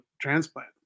transplant